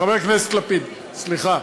חבר הכנסת לפיד, סליחה.